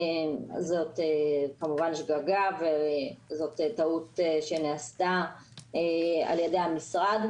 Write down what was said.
זאת כמובן שגגה וזו טעות שנעשתה על ידי המשרד.